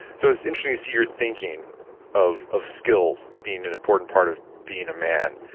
so it's interesting to see your thinking of of skills being an important part of being a man,